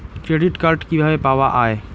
Credit card কিভাবে পাওয়া য়ায়?